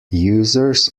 users